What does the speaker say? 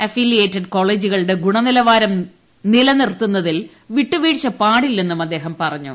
affiliated കോളേജുകളുടെ ഗുണനിലവാരം നിലനിർത്തുന്നതിൽ വിട്ടുവീഴ്ച പാടില്ലെന്നും അദ്ദേഹം പറഞ്ഞു